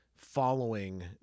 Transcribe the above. following